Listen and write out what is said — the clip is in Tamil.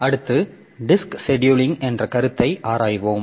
அடுத்து டிஸ்க் செடியூலிங் என்ற கருத்தை ஆராய்வோம்